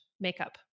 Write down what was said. makeup